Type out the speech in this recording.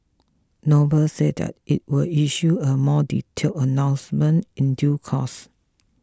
noble said that it will issue a more detailed announcement in due course